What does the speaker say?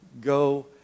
go